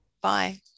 bye